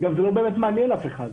זה גם לא באמת מעניין אף אחד,